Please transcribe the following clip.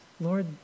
Lord